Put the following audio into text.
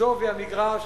שווי המגרש,